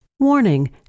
Warning